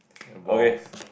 balls